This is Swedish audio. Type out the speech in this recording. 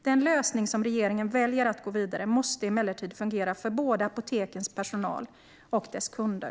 Den lösning som regeringen väljer att gå vidare med måste emellertid fungera för både apotekens personal och deras kunder.